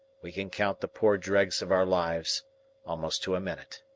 we can count the poor dregs of our lives almost to a minute.